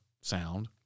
sound